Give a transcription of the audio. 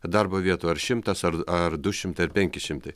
darbo vietų ar šimtas ar ar du šimtai ar penki šimtai